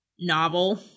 Novel